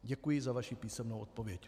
Děkuji za vaši písemnou odpověď.